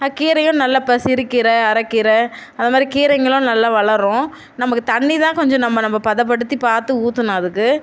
கீரையும் நல்லா இப்ப சிறுக்கீரை அரக்கீரை அது மாதிரி கீரைங்களும் நல்லா வளரும் நமக்குத் தண்ணி தான் கொஞ்சம் நம்ம நம்ம பதப்படுத்தி பார்த்து ஊற்றணும் அதுக்கு